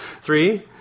Three